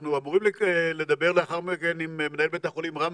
אנחנו אמורים לדבר לאחר מכן עם מנהל בית החולים רמב"ם,